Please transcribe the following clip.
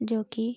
जो कि